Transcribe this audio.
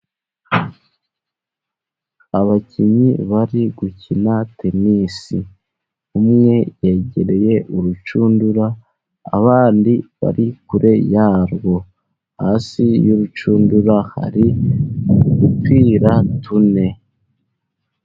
Abakinnyi bari gukina tenisi . Umwe yegereye urucundura , abandi bari kure yarwo , hasi y'urucundura hari udupira tune.